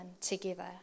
together